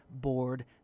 board